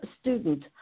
student